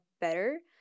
better